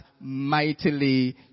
mightily